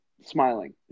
smiling